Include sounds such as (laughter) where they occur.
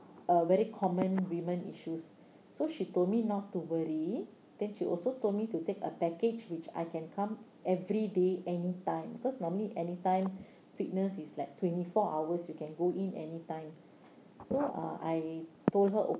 a very common women issues so she told me not to worry then she also told me to take a package which I can come every day and time because normally anytime (breath) fitness is like twenty four hours you can go in anytime so uh I told her